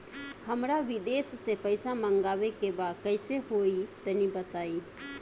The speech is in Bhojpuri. हमरा विदेश से पईसा मंगावे के बा कइसे होई तनि बताई?